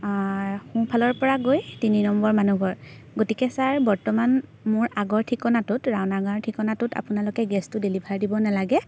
সোমফালৰপৰা গৈ তিনি নম্বৰ মানুহঘৰ গতিকে ছাৰ বৰ্তমান মোৰ আগৰ ঠিকনাটোত ৰাণাগাঁৱৰ ঠিকনাটোত আপোনালোকে গেছটো ডেলিভাৰ দিব নালাগে